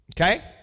Okay